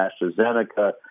AstraZeneca